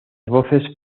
voces